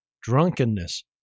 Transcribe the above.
drunkenness